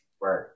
right